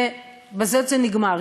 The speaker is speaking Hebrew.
ובזה זה נגמר,